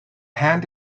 hand